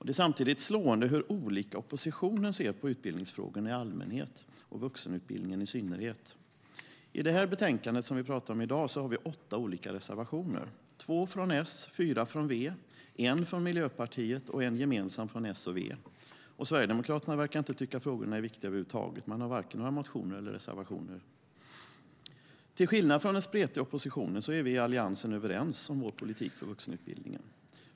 Det är samtidigt slående hur olika oppositionen ser på utbildningsfrågorna i allmänhet och vuxenutbildningen i synnerhet. I det betänkande som vi pratar om i dag har vi åtta olika reservationer. Två från S, fyra från V, en från MP och en gemensam från S och V. Sverigedemokraterna verkar inte tycka att frågorna är viktiga över huvud taget. De har varken några motioner eller reservationer. Till skillnad från den spretiga oppositionen är vi i Alliansen överens om vår politik för vuxenutbildningen.